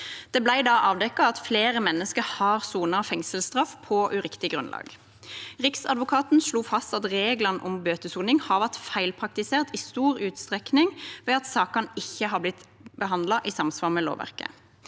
Det ble da avdekket at flere mennesker har sonet fengselsstraff på uriktig grunnlag. Riksadvokaten slo fast at reglene om bøtesoning har vært feilpraktisert i stor utstrekning ved at sakene ikke har blitt behandlet i samsvar med lovverket.